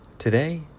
Today